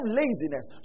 laziness